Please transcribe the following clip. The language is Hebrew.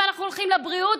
אם אנחנו הולכים לבריאות,